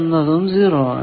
എന്നതും 0 ആണ്